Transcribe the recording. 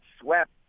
swept